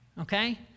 Okay